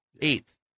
eighth